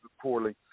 poorly